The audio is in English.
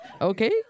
Okay